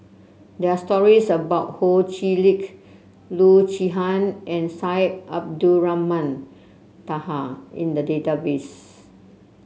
there are stories about Ho Chee Lick Loo Zihan and Syed Abdulrahman Taha in the database